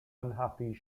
unhappy